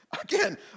Again